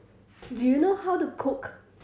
do you know how to cook